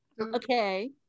okay